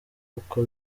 uko